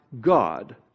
God